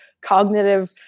cognitive